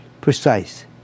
precise